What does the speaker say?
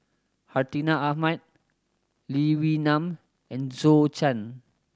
Hartinah Ahmad Lee Wee Nam and Zhou Can